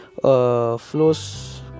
flows